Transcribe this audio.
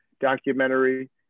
documentary